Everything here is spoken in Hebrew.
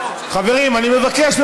חברים, אני מבקש.